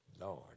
Lord